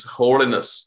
holiness